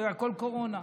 כי הכול היה בקורונה.